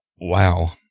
wow